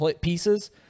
pieces